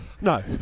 No